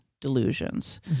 delusions